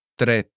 tre